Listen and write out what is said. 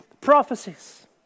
prophecies